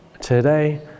today